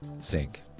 Zinc